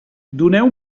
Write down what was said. doneu